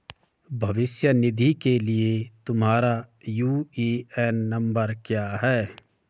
भविष्य निधि के लिए तुम्हारा यू.ए.एन नंबर क्या है?